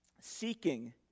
seeking